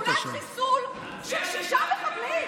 פעולת חיסול של שישה מחבלים,